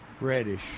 reddish